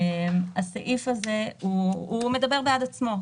הסעיף הזה מדבר בעד עצמו.